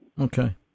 Okay